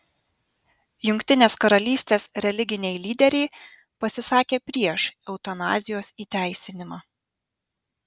jungtinės karalystės religiniai lyderiai pasisakė prieš eutanazijos įteisinimą